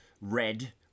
red